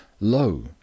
lo